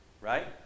right